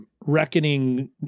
Reckoning